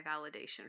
validation